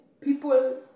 people